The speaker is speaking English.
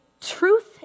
truth